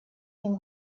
ним